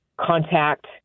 contact